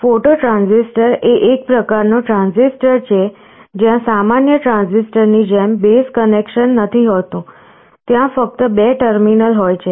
photo transistor એ એક પ્રકારનો ટ્રાંઝિસ્ટર છે જ્યાં સામાન્ય ટ્રાંઝિસ્ટરની જેમ બેઝ કનેક્શન નથી હોતું ત્યાં ફક્ત બે ટર્મિનલ હોય છે